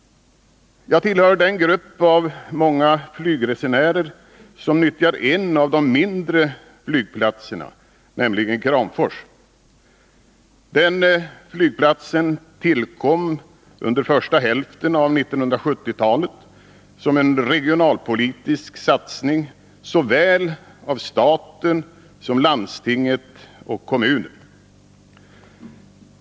Jag tillhör den grupp av många flygresenärer som nyttjar en av de mindre flygplatserna, nämligen Kramfors. Den flygplatsen tillkom under första hälften av 1970-talet som en regionalpolitisk satsning såväl av staten som av landstinget och kommunen.